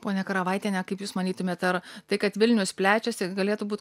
ponia karavaitiene kaip jūs manytumėt ar tai kad vilnius plečiasi galėtų būt